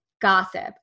gossip